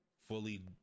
fully